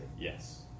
Yes